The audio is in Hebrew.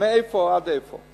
מאיפה עד איפה.